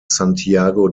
santiago